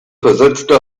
versetzte